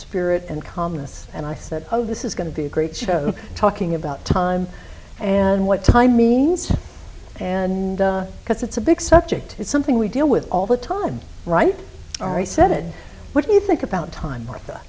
spirit and calmness and i said oh this is going to be a great show talking about time and what time means and because it's a big subject it's something we deal with all the time right ari said what do you think about time martha